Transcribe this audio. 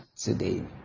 today